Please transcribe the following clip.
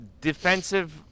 defensive